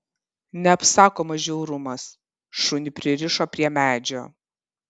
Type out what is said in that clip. neapsakomas žiaurumas šunį pririšo prie medžio